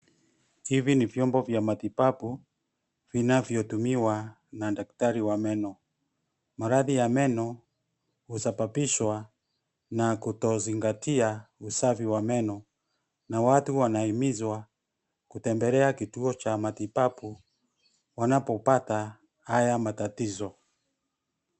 Hivi ni vyombo vya matibabu vinavyotumiwa na daktari wa meno. Maradhi ya meno husababishwa na kutozingatia usafi wa meno na watu wanahimizwa kutembelea kituo cha matibabu wanapopata haya matatizo.